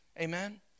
Amen